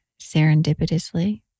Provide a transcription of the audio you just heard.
serendipitously